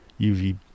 UV